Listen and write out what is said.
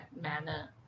manner